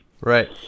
right